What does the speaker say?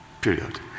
Period